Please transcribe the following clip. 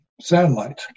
satellite